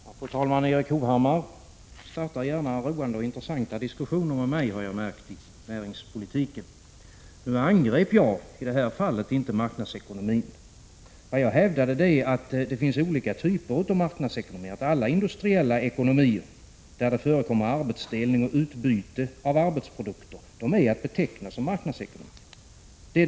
Fru talman! Jag har märkt att Erik Hovhammar gärna startar roande och intressanta diskussioner med mig om näringspolitiken. Nu angrep jag inte marknadsekonomin i detta fall. Jag hävdade att det finns olika typer av marknadsekonomi, att alla industriella ekonomier där det förekommer arbetsdelning och utbyte av arbetsprodukter är att beteckna som marknadsekonomier.